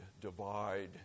divide